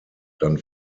dann